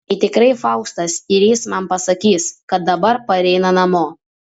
tai tikrai faustas ir jis man pasakys kad dabar pareina namo